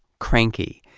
cranky,